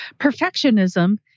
Perfectionism